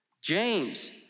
James